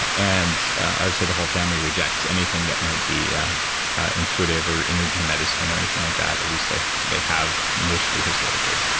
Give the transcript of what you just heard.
and i would say the whole family rejects anything that might be yeah intuitive or energy medicine or anything like that, at least they they have mostly historically.